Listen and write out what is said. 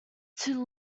too